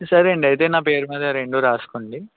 సరే అండి అయితే నా పేరు మీద ఆ రెండు రాసుకోండి